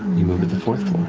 you move to the fourth floor.